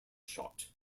shot